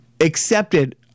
accepted